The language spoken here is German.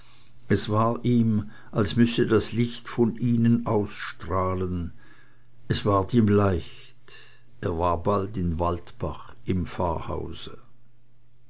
es war ihm als müsse das licht von ihnen ausstrahlen es ward ihm leicht er war bald in waldbach im pfarrhause